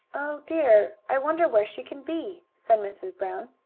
dear! i wonder where she can be? said mrs. brown.